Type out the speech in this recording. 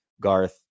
garth